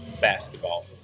Basketball